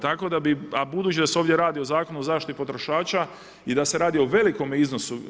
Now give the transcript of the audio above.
Tako da bi, a budući da se ovdje radi o Zakonu o zaštiti potrošača i da se radi o velikome iznosu.